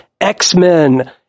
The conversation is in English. X-Men